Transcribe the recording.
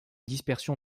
dispersion